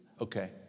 Okay